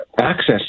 access